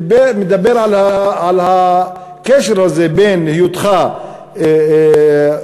שמדבר על הקשר הזה בין היותך עני,